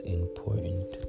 important